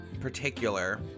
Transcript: particular